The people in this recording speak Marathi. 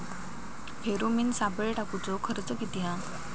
फेरोमेन सापळे टाकूचो खर्च किती हा?